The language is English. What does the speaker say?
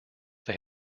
they